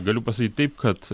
galiu pasakyt taip kad